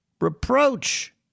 reproach